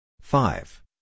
five